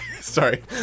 Sorry